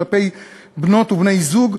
כלפי בנות ובני זוג,